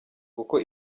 kuko